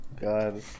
God